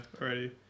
already